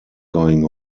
going